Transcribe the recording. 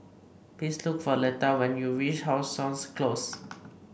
please look for Leta when you reach How Sun Close